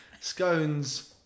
scones